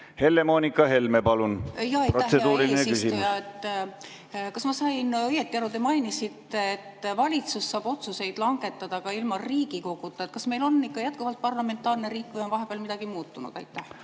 hea eesistuja! Kas ma sain õieti aru, et te mainisite, et valitsus saab otsuseid langetada ka ilma Riigikoguta? Kas meil on ikka jätkuvalt parlamentaarne riik või on vahepeal midagi muutunud?